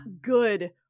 good